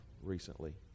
recently